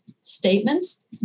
statements